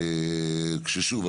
ושוב,